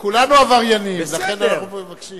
כולנו עבריינים, לכן אנחנו מבקשים.